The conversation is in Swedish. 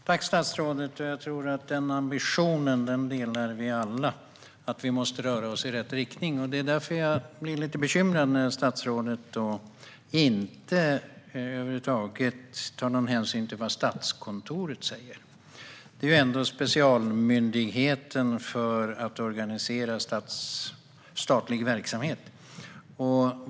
Herr talman! Jag tror att vi alla delar ambitionen att vi måste röra oss i rätt riktning. Det är därför jag blir lite bekymrad när statsrådet inte över huvud taget tar någon hänsyn till vad Statskontoret säger. Det är ändå specialmyndigheten för att organisera statlig verksamhet.